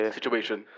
situation